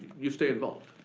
you stay involved.